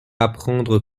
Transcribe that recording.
apprendre